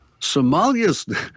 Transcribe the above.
Somalia's